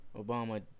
Obama